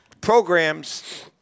programs